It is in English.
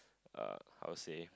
uh I'll say